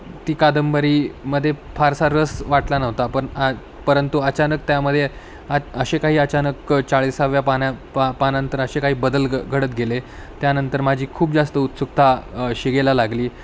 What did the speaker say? ती कादंबरी मध्ये फारसा रस वाटला नव्हता पण आ परंतु अचानक त्यामध्ये आ अशे काही अचानक चाळीसाव्या पान्या पा पानानंतर असे काही बदल ग घडत गेले त्यानंतर माझी खूप जास्त उत्सुकता शिगेला लागली